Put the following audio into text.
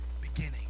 beginning